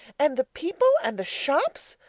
and the people? and the shops?